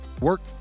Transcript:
work